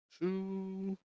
two